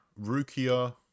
Rukia